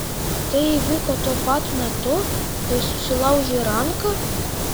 tai įvyko tuo pat metu kai susilaužei ranką